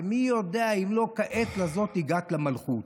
"ומי יודע אם לעת כזאת הגעת למלכות".